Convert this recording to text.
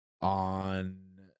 on